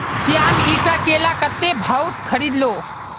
श्याम ईटी केला कत्ते भाउत खरीद लो